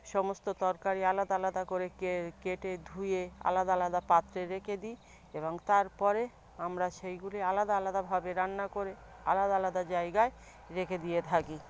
সমস্ত তরকারি আলাদা আলাদা করে কেটে ধুয়ে আলাদা আলাদা পাত্রে রেখে দিই এবং তার পরে আমরা সেইগুলি আলাদা আলাদাভাবে রান্না করে আলাদা আলাদা জায়গায় রেখে দিয়ে থাকি